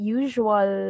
usual